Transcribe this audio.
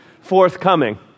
forthcoming